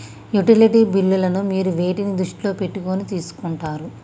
Utility బిల్లులను మీరు వేటిని దృష్టిలో పెట్టుకొని తీసుకుంటారు?